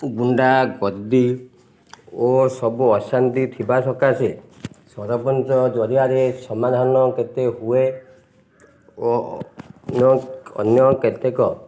ଗୁଣ୍ଡା ଗର୍ଦି ଓ ସବୁ ଅଶାନ୍ତି ଥିବା ସକାଶେ ସରପଞ୍ଚ ଜରିଆରେ ସମାଧାନ କେତେ ହୁଏ ଓ ଅନ୍ୟ ଅନ୍ୟ କେତେକ